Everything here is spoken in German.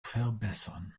verbessern